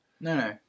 No